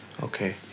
Okay